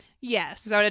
Yes